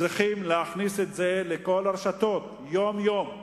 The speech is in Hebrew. צריך להכניס את זה לכל הרשתות יום-יום,